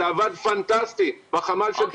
זה עבד פנטסטי בתקופה הקורונה.